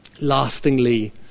lastingly